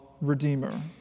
Redeemer